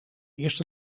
eerste